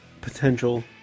potential